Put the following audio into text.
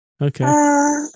Okay